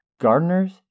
gardeners